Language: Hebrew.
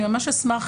אני ממש אשמח,